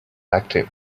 active